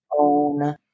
own